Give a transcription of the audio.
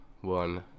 one